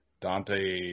Dante